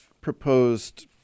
proposed